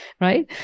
right